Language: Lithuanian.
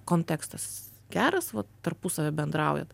kontekstas geras vat tarpusavy bendraujat